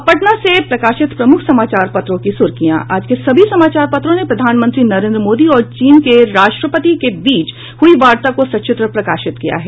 अब पटना से प्रकाशित प्रमुख समाचार पत्रों की सुर्खियां आज के सभी समाचार पत्रों ने प्रधानमंत्री नरेंद्र मोदी और चीन के राष्ट्रपति के बीच हुयी वार्ता को सचित्र प्रकाशित किया है